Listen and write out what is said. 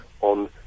on